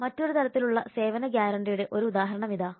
മറ്റൊരു തരത്തിലുള്ള സേവന ഗ്യാരണ്ടിയുടെ ഒരു ഉദാഹരണം ഇതാ